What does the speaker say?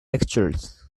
lectures